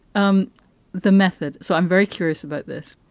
um the method so i'm very curious about this.